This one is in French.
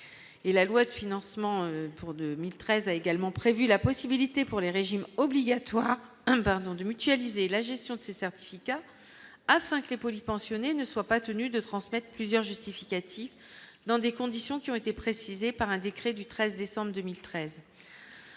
la loi de financement pour 2013 a également prévu la possibilité pour les régimes obligatoires, pardon, de mutualiser la gestion de ces certificats afin que les polypensionnés ne soit pas tenue de transmettre plusieurs justificatifs dans des conditions qui ont été précisées par un décret du 13 décembre 2013